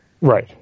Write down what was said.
Right